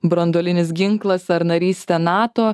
branduolinis ginklas ar narystė nato